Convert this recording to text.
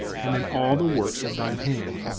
and in all the works of thine hands,